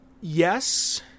Yes